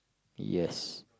yes